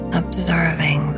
observing